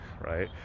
right